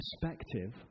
perspective